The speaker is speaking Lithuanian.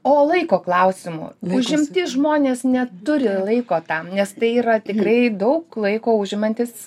o laiko klausimu užimti žmonės neturi laiko tam nes tai yra tikrai daug laiko užimantis